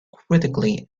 critically